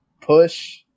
push